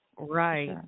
Right